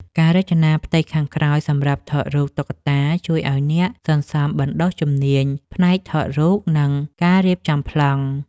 ការរចនាផ្ទៃខាងក្រោយសម្រាប់ថតរូបតុក្កតា ជួយឱ្យអ្នកសន្សំបណ្ដុះជំនាញផ្នែកថតរូប និងការរៀបចំប្លង់។